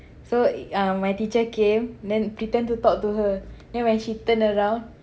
so um my teacher came then pretend to talk to her then when she turn around